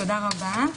תודה רבה.